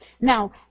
Now